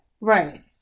Right